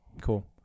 cool